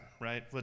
right